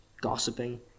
gossiping